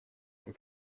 and